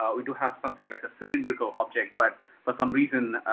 ah we do have something like a cylindrical object, but for some reason,